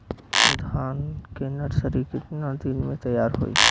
धान के नर्सरी कितना दिन में तैयार होई?